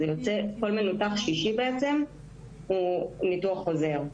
זה יוצא בעצם כל מנותח שישי שעובר ניתוח חוזר.